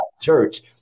church